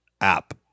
app